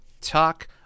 talk